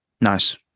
Nice